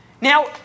Now